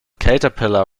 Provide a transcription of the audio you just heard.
caterpillar